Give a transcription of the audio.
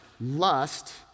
lust